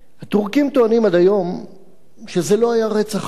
הטורקים טוענים עד היום שזה לא היה רצח עם,